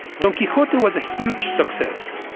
don quixote was a huge success.